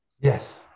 Yes